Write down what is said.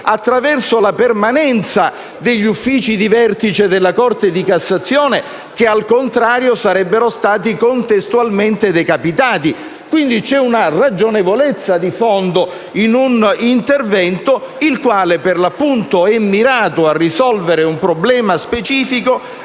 attraverso la permanenza degli uffici di vertice della Corte di cassazione, che al contrario sarebbero stati contestualmente decapitati. Quindi, c'è una ragionevolezza di fondo in un intervento che, per l'appunto, mira a risolvere un problema specifico